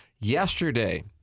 Yesterday